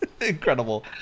Incredible